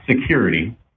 security